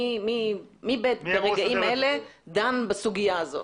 מי ברגעים אלה דן בסוגיה הזאת?